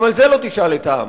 גם על זה לא תשאל את העם.